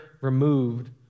removed